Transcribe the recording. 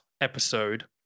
episode